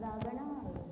ಅದಾಗೊಣ